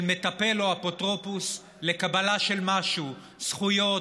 מטפל או אפוטרופוס לקבל משהו: זכויות,